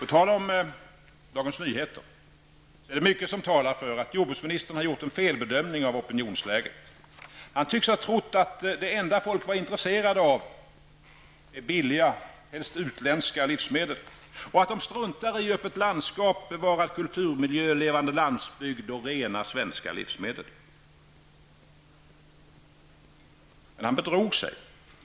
Apropå Dagens Nyheter: Det är mycket som talar för att jordbruksministern gjort en felbedömning av opinionsläget. Han tycks ha trott att det enda folk var intresserade av var billiga, helst utländska, livsmedel, och att de struntade i öppet landskap, bevarad kulturmiljö, levande landsbygd och rena, svenska livsmedel. Men han bedrog sig.